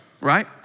right